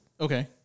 Okay